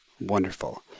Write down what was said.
Wonderful